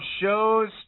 shows